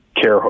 care